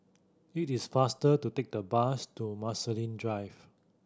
it is faster to take the bus to Marsiling Drive